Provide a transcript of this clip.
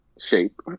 shape